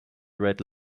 red